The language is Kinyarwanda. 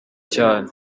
cyane